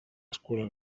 escuela